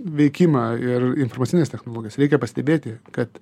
veikimą ir informacines technologijas reikia pastebėti kad